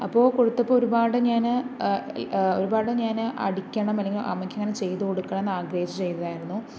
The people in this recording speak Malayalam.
അപ്പോൾ കൊടുത്തപ്പോൾ ഒരുപാട് ഞാൻ ഒരുപാട് ഞാൻ അടിക്കണം അല്ലെങ്കിൽ അമ്മക്കിങ്ങനെ ചെയ്തുകൊടുക്കണം എന്നാഗ്രഹിച്ചു ചെയ്തതായിരുന്നു